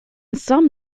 some